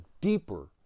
deeper